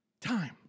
time